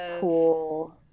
cool